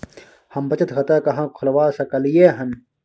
हम बचत खाता कहाॅं खोलवा सकलिये हन?